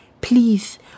please